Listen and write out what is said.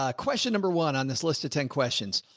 ah question number one on this list of ten questions.